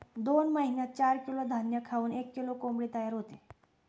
दोन महिन्यात चार किलो धान्य खाऊन एक किलो कोंबडी तयार होते